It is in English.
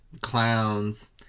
clowns